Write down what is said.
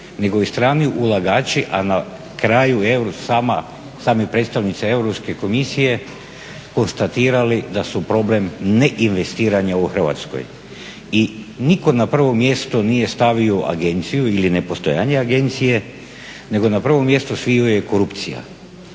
nego i strani ulagači, a na kraju same predstavnice Europske komisije konstatirali da su problem neinvestiranja u Hrvatskoj. I nitko na prvo mjesto nije stavio agenciju ili nepostojanje agencije nego na prvom mjestu sviju je korupcija.